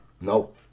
No